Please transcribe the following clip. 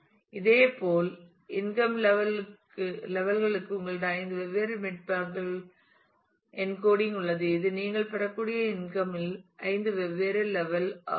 இதேபோல் income level களுக்கு உங்களிடம் 5 வெவ்வேறு பிட்மேப்கள் என்கோடிங் உள்ளது இது நீங்கள் பெறக்கூடிய இன்கம் இல் 5 வெவ்வேறு லெவல்கள் ஆகும்